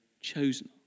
chosen